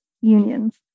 unions